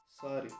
Sorry